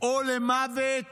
או למוות